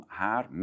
haar